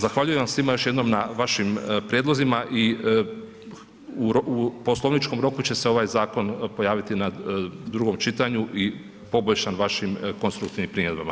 Zahvaljujem svima još jednom na vašim prijedlozima i u poslovničkom roku će se ovaj zakon pojaviti na drugom čitanju i poboljšan vašim konstruktivnim primjedbama.